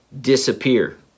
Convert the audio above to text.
disappear